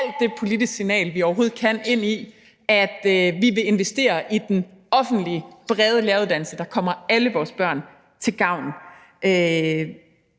sende alt det politiske signal, vi overhovedet kan, i forhold til at vi vil investere i den offentlige, brede læreruddannelse, der kommer alle vores børn til gavn.